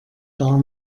gar